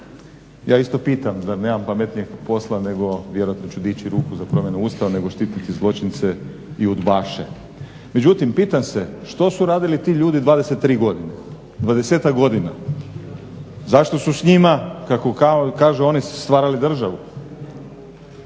Ja isto pitam, zar nemam pametnijeg posla nego vjerojatno ću dići ruku za promjenu Ustava nego štititi zločince i udbaše. Međutim, pitam se što su radili ti ljudi 23 godine, 20-tak godina. Zašto su s njima kako oni kažu oni su stvarali državu.